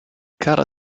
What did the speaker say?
cara